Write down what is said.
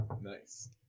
nice